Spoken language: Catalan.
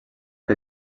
que